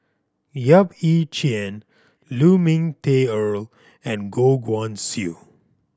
Yap Ee Chian Lu Ming Teh Earl and Goh Guan Siew